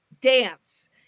dance